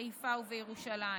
בחיפה ובירושלים.